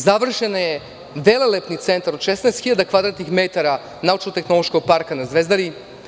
Završen je velelepni centar od 16.000 m2 „Naučno-tehnološkog parka“ na Zvezdari.